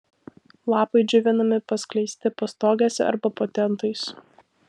lapai džiovinami paskleisti pastogėse arba po tentais